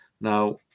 Now